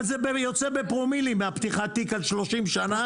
אבל זה יוצא בפרומילים, מפתיחת תיק על 30 שנה.